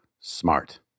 smart